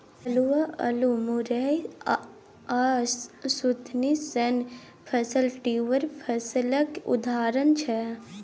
अल्हुआ, अल्लु, मुरय आ सुथनी सनक फसल ट्युबर फसलक उदाहरण छै